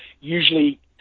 Usually